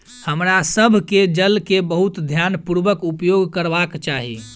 हमरा सभ के जल के बहुत ध्यानपूर्वक उपयोग करबाक चाही